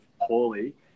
poorly